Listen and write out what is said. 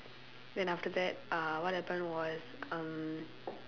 then after that what happened was um